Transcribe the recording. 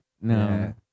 No